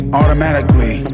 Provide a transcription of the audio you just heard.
automatically